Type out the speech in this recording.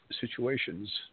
situations